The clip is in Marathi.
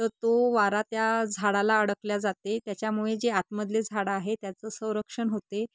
तर तो वारा त्या झाडाला अडकला जाते त्याच्यामुळे जे आतमधले झाडं आहे त्याचं संरक्षण होते